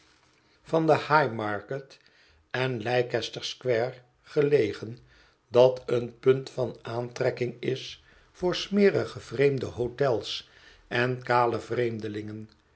van de haymarket en leicester square gelegen dat een punt van aantrekking is voor smerige vreemde hotels en kale vreemdelingen